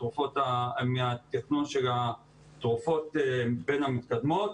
מהתכנון של התרופות המתקדמות.